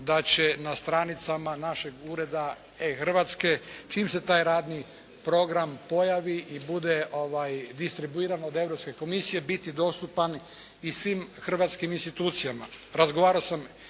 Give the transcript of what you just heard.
da će na stranicama našeg ureda e-Hrvatske čim se taj radni program pojavi i bude distribuiran od Europske komisije biti dostupan i svim hrvatskim institucijama.